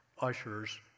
ushers